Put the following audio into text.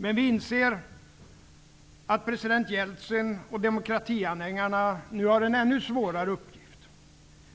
Men vi inser att president Jeltsin och demokratianhängarna nu har en ännu svårare uppgift.